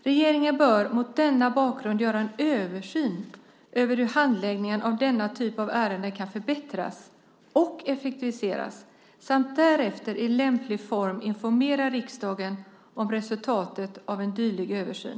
Regeringen bör mot denna bakgrund göra en översyn av hur handläggningen av denna typ av ärenden kan förbättras och effektiviseras samt därefter i lämplig form informera riksdagen om resultaten av en dylik översyn.